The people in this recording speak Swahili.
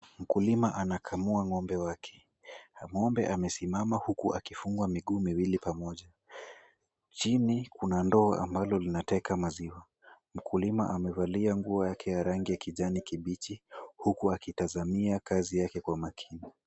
Mkulima anakamua ng'ombe wake. Ng'ombe amesimama huku akifungwa miguu miwili pamoja. Chini kuna ndoo ambalo linateka maziwa. Mkulima amevalia nguo yake ya rangi ya kijani kibichi, huku akitazamia kazi yake kwa makini.